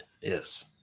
yes